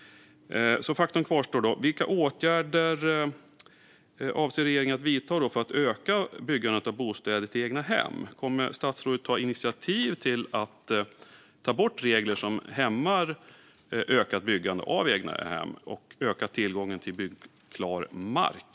Faktum kvarstår. Vilka åtgärder avser regeringen att vidta för att öka byggandet av egnahem? Kommer statsrådet att ta initiativ till att regler som hämmar ökat byggande av egnahem tas bort och öka tillgången till byggklar mark?